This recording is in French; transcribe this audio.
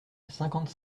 cinquante